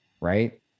right